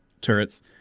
turrets